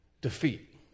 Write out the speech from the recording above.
defeat